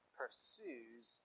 pursues